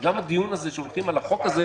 גם הדיון הזה שהולכים על החוק הזה,